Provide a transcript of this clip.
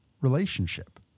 relationship